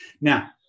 Now